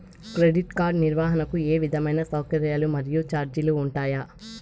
Credit card నిర్వహణకు ఏ విధమైన సౌకర్యాలు మరియు చార్జీలు ఉంటాయా?